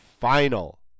final